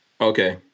Okay